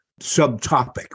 subtopic